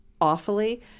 awfully